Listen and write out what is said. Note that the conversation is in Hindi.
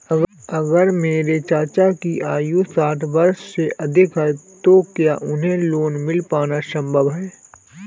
अगर मेरे चाचा की आयु साठ वर्ष से अधिक है तो क्या उन्हें लोन मिल पाना संभव है?